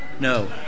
No